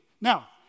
Now